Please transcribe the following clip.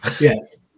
yes